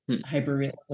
hyper-realism